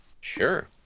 Sure